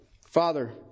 Father